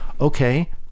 okay